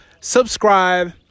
subscribe